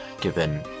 given